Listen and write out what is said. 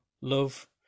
love